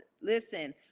listen